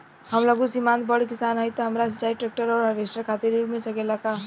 हम लघु सीमांत बड़ किसान हईं त हमरा सिंचाई ट्रेक्टर और हार्वेस्टर खातिर ऋण मिल सकेला का?